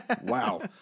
Wow